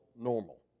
normal